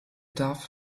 darf